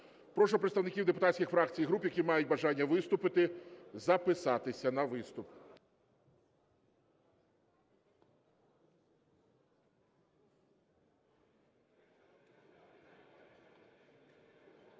Прошу представників депутатських фракцій і груп, які мають бажання виступити, записатись на виступ.